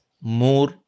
more